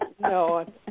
no